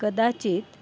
कदाचित्